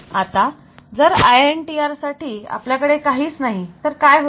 आता जर INTR साठी आपल्याकडे काहीच नाही तर काय होईल